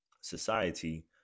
society